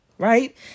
Right